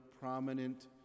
prominent